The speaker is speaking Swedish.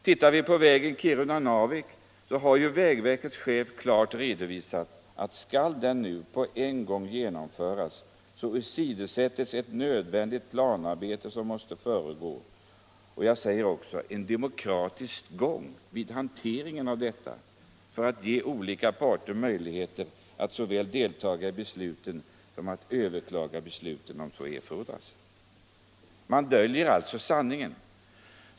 Tittar vi på vägen Kiruna-Narvik så har ju vägverkets chef klart redovisat, att skall den nu på en gång genomföras, så åsidosättes ett nödvändigt planarbete som måste föregå denna, och jag säger också en demokratisk gång vid hanteringen av detta, där de olika parterna ges möjligheter att såväl deltaga i besluten som överklaga dessa om så erfordras. Han döljer alltså sanningen.